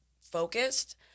focused